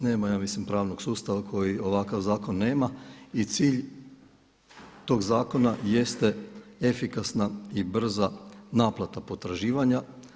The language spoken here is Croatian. Nema ja mislim pravnog sustava koji ovakav zakon nema i cilj tog zakona jeste efikasna i brza naplata potraživanja.